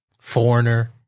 Foreigner